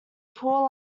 poor